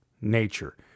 nature